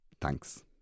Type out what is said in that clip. Thanks